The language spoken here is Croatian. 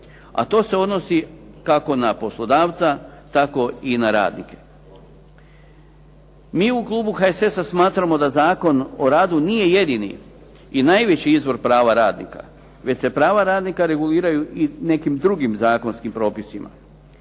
A to se odnosi kako na poslodavca tako i na radnike. Mi u klubu HSS-a smatramo da Zakon o radu nije jedini i najveći izvor prava radnika, već se prava radnika reguliraju i nekim drugim zakonskim propisima.